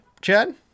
Chad